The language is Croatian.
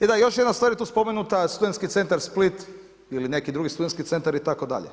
I još jedna stvar je tu spomenuta, studentski centar Split ili neki drugi stud.centar itd.